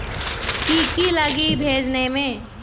की की लगी भेजने में?